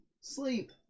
sleep